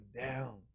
down